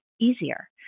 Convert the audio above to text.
easier